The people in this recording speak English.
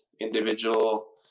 individual